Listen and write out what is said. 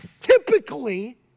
typically